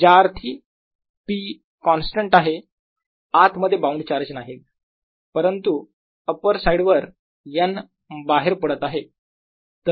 ज्या अर्थी p constant आहे आत मध्ये बाउंड चार्ज नाहीत परंतु अप्पर साईड वर n बाहेर पडत आहे